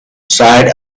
sight